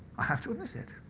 i have to admit it.